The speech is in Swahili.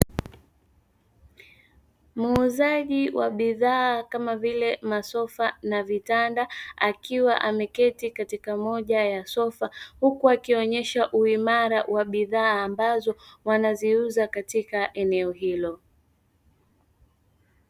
Muuzaji wa bidhaa kama vile masofa na vitanda akiwa ameketi katika moja ya sofa huku akionyesha uimara wa bidhaa ambazo wanaziuza katika eneo hilo.